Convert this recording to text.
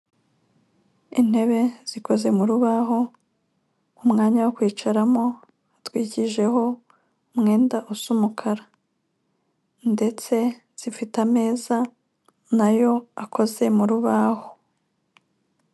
Intebe zikoze mu rubaho, umwanya wo kwicaramo utwikijeho umwenda usa umukara, ndetse zifite ameza na yo akoze mu rubaho.